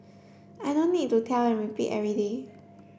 I don't need to tell and repeat every day